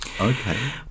Okay